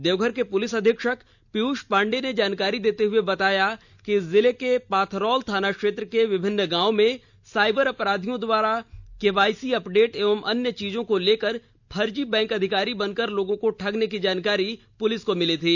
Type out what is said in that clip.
देवघर के पुलिस अधीक्षक पीयूष पांडे ने जानकारी देते हुए बताया कि जिले के पाथरौल थाना क्षेत्र के विभिन्न गाँव में साइबर अपराधियों द्वारा केवाईसी अपडेट एवं अन्य चीजों को लेकर फर्जी बैंक अधिकारी बनकर लोगों के ठगने की जानकारी पुलिस को मिली थी